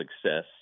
success